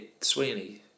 Sweeney